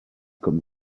comme